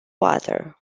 water